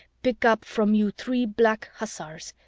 pick up from you three black hussars,